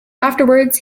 afterwards